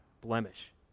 blemish